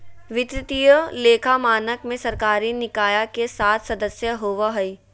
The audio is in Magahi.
वित्तीय लेखा मानक में सरकारी निकाय के सात सदस्य होबा हइ